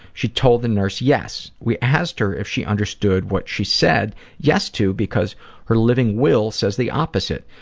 she told the nurse, yes. we asked her if she understood what she said yes to because her living will says the opposite.